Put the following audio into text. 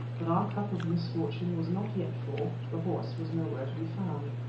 but our cup of misfortune was not yet full the horse was nowhere to be found.